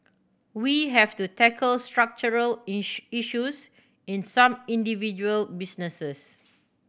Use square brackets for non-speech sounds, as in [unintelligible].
we have to tackle structural [unintelligible] issues in some individual businesses